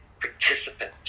participant